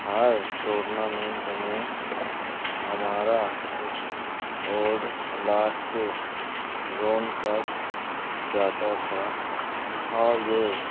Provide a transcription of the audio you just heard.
ہر tournament میں ہمارا squad last zone تک جاتا تھا اور یہ